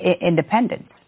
independence